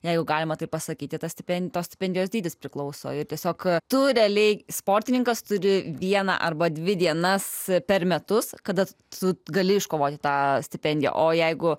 jei jau galima taip pasakyti tą stipendiją stipendijos dydis priklauso ir tiesiog tu realiai sportininkas turi vieną arba dvi dienas per metus kada su gali iškovoti tą stipendiją o jeigu